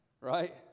Right